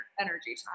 energy